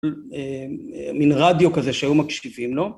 מין רדיו כזה שהיו מקשיבים לו